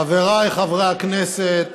חבריי חברי הכנסת,